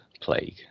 plague